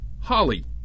Holly